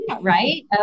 right